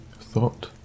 thought